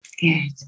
Good